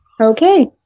Okay